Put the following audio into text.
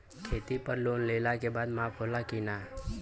खेती पर लोन लेला के बाद माफ़ होला की ना?